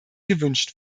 gewünscht